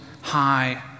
High